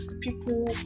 people